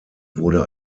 wurde